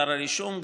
אתר הרישום,